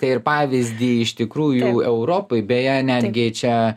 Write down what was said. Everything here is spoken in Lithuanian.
ir pavyzdį iš tikrųjų europai beje netgi čia